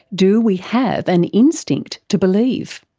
do we have an instinct to believe?